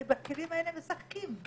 ובכלים האלה משחקים.